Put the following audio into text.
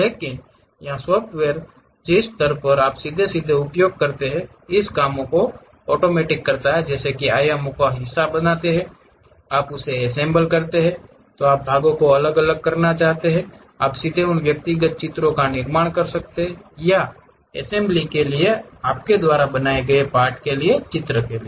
लेकिन यहां सॉफ्टवेयर पर जिस स्तर पर आप सीधे उपयोग इस कामो मे करते हैं जैसे की आयामों का हिस्सा बनाते हैं आप उसे असेंबले करते हैं तो आप भागों को अलग करना चाहते हैं आप सीधे उन व्यक्तिगत चित्रों का निर्माण कर सकते हैं या तो असेंबली के लिए या आपके द्वारा बनाए गए पार्ट के चित्र के लिए